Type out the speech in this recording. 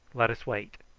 let us wait.